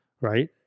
right